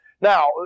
Now